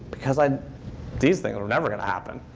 because um these things were never going to happen.